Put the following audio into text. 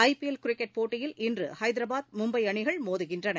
I P L cricket போட்டியில் இன்று ஹைதராபாத் மும்பை அணிகள் மோதுகின்றன